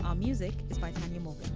um music is my movie.